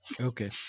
Okay